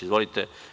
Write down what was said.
Izvolite.